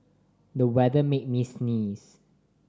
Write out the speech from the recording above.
the weather made me sneeze